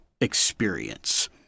experience